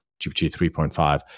GPT-3.5